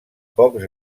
pocs